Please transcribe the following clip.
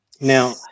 now